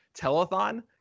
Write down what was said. telethon